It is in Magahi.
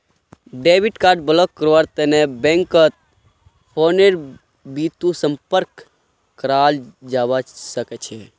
डेबिट कार्ड ब्लॉक करव्वार तने बैंकत फोनेर बितु संपर्क कराल जाबा सखछे